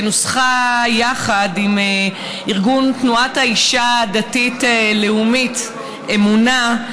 שנוסחה יחד עם ארגון תנועת האישה הדתית-לאומית אמונה,